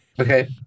okay